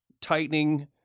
tightening